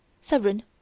Severin